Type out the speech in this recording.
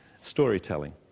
storytelling